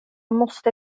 måste